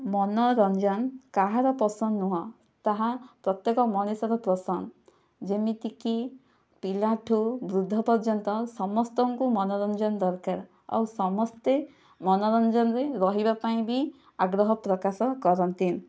ମନୋରଞ୍ଜନ କାହାର ପସନ୍ଦ ନୁହେଁ ତାହା ପ୍ରତ୍ୟେକ ମଣିଷର ପସନ୍ଦ ଯେମିତିକି ପିଲାଠୁ ବୃଦ୍ଧ ପର୍ଯ୍ୟନ୍ତ ସମସ୍ତଙ୍କୁ ମନୋରଞ୍ଜନ ଦରକାର ଆଉ ସମସ୍ତେ ମନୋରଞ୍ଜନରେ ରହିବା ପାଇଁ ବି ଆଗ୍ରହ ପ୍ରକାଶ କରନ୍ତି